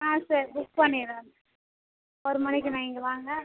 ஆமாம் sir book பண்ணிற ஒரு மணிக்கு நீங்கள் வாங்க